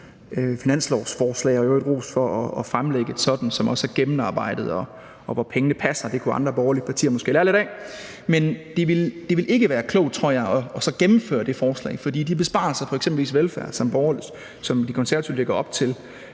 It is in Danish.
finanslovsforslag – og jeg vil i øvrigt rose for at fremlægge et sådant, som også er gennemarbejdet, og hvor pengene passer; det kunne andre borgerlige partier måske lære lidt af – og jeg tror ikke, det ville være klogt at gennemføre det forslag, for de besparelser på eksempelvis velfærd, som De Konservative lægger op til,